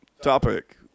Topic